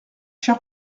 cher